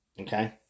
Okay